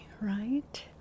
right